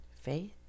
faith